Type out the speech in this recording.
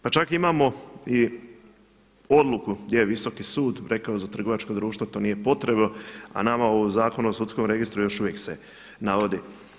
Pa čak imamo i odluku gdje je visoki sud rekao za trgovačka društva to nije potrebno a nama u Zakonu o sudskom registru još uvijek se navodi.